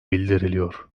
bildiriliyor